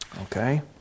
Okay